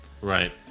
Right